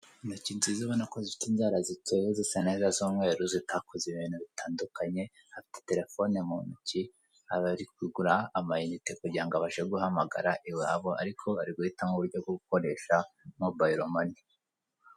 Intoki nziza urabona ko zifite inzara zikeye zisa neza z'umweru zitakoze ibintu bitandukanye, afite terefono mu ntoki ari kugura amayinite kugira ngo abashe guhamagara iwabo ariko ariguhitamo uburyo bwo gukoresha mobayiromani.